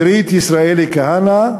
אירית ישראלי-כהנא,